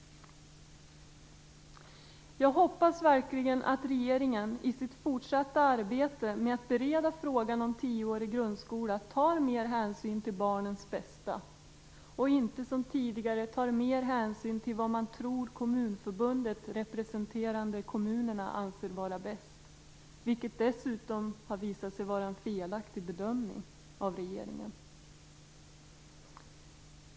Jag hoppas verkligen att regeringen i sitt fortsatta arbete med att bereda frågan om tioårig grundskola tar mer hänsyn till barnens bästa och inte som tidigare tar mer hänsyn till vad man tror Kommunförbundet, representerande kommunerna, anser vara bäst. Detta har dessutom visat sig vara en felaktig bedömning av regeringen.